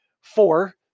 Four